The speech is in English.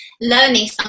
learning